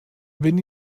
wenn